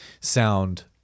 sound